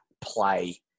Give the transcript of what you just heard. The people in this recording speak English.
play